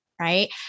Right